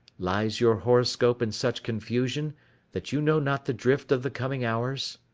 lies your horoscope in such confusion that you know not the drift of the coming hours?